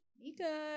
Mika